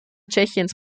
tschechiens